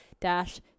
dash